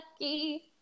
lucky